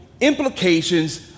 implications